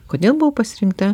kodėl buvo pasirinkta